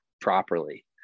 properly